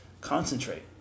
concentrate